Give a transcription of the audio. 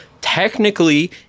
Technically